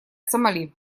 сомали